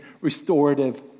restorative